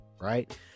right